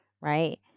right